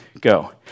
Go